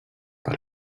per